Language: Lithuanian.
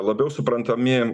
labiau suprantami